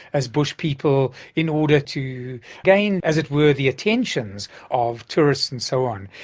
as bush people, in order to gain, as it were, the attentions of tourists and so on,